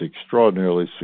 extraordinarily